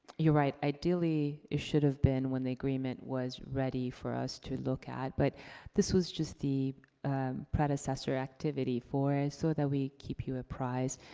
right, ideally, it should have been when the agreement was ready for us to look at, but this was just the predecessor activity for it, so that we keep you apprised.